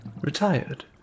retired